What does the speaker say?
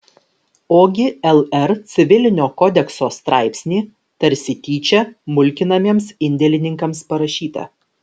ogi lr civilinio kodekso straipsnį tarsi tyčia mulkinamiems indėlininkams parašytą